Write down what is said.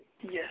Yes